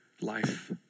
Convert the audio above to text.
life